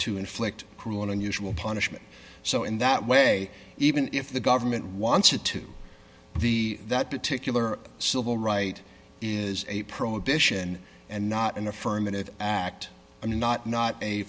to inflict cruel and unusual punishment so in that way even if the government wants it to the that particular civil right is a prohibition and not an affirmative act and not not a